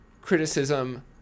criticism